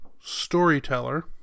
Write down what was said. storyteller